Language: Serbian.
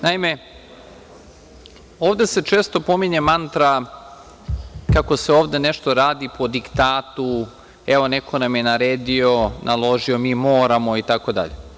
Naime, ovde se često pominje mantra kako se ovde nešto radi po diktatu, evo, neko nam je naredio, naložio, mi moramo itd.